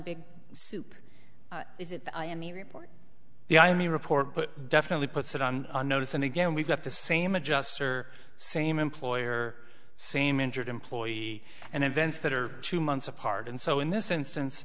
big soup is it in the report the i only report but definitely puts it on notice and again we've got the same adjuster same employer same injured employee and events that are two months apart and so in this instance